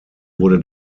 wurde